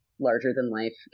larger-than-life